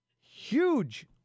Huge